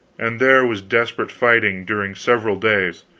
and there was desperate fighting during several days,